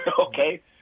okay